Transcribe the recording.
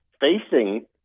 facing